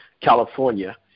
California